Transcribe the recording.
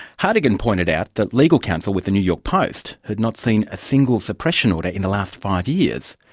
hartigan pointed out that legal counsel with the new york post had not seen a single suppression order in the last five years.